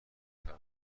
خبره